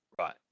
right